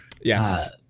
Yes